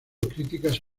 críticas